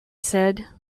said